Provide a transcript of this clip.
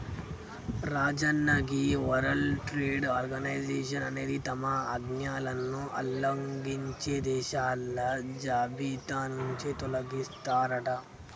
రాజన్న గీ World Trade Organization అనేది తమ ఆజ్ఞలను ఉల్లంఘించే దేశాల జాబితా నుంచి తొలగిస్తారట